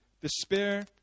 despair